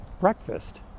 breakfast